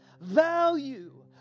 value